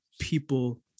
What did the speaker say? people